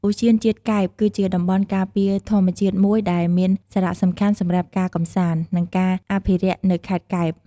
ឧទ្យានជាតិកែប គឺជាតំបន់ការពារធម្មជាតិមួយដែលមានសារៈសំខាន់សម្រាប់ការកម្សាន្ត និងការអភិរក្សនៅខេត្តកែប។